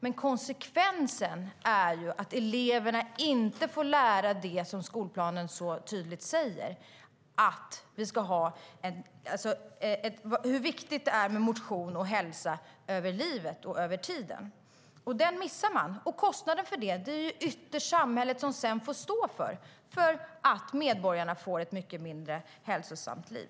Men konsekvensen är att eleverna inte får lära sig det som skolplanen tydligt säger, nämligen hur viktigt det är med motion och hälsa genom livet och över tid. Det missar man, och kostnaden för det får samhället sedan ytterst stå för eftersom medborgarna får ett mycket mindre hälsosamt liv.